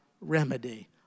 remedy